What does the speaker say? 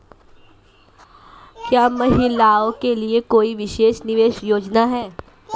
क्या महिलाओं के लिए कोई विशेष निवेश योजना है?